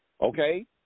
Okay